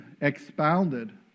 expounded